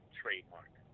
trademark